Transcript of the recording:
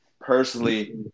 personally